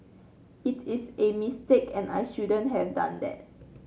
it is a mistake and I shouldn't have done that